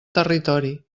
territori